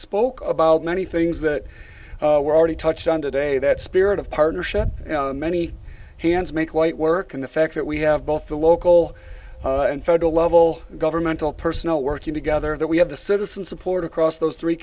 spoke about many things that were already touched on today that spirit of partnership many hands make light work and the fact that we have both the local and federal level governmental personnel working together that we have the citizen support across those three